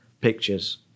Pictures